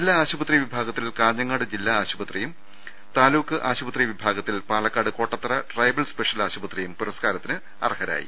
ജില്ലാ ആശുപത്രി വിഭാഗത്തിൽ കാഞ്ഞങ്ങാട് ജില്ലാ ആശുപത്രിയും താലൂക്ക് ആശുപത്രി വിഭാഗത്തിൽ Palakkad Kottathara tribal special ആശുപത്രിയും പുരസ്കാരത്തിന് അർഹരായി